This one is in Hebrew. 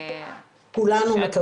כולנו מקווים.